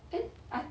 and I